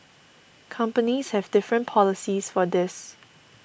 companies have different policies for this